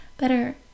better